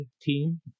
team